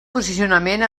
posicionament